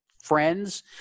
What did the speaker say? friends